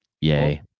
Yay